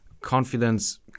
Confidence